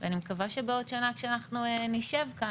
ואני מקווה שבעוד שנה כשאנחנו נשב כאן,